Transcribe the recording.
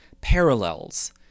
parallels